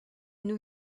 new